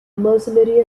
mercenary